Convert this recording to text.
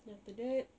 then after that